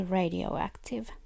radioactive